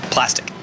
Plastic